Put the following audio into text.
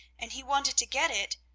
and he wanted to get it,